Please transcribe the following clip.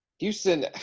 Houston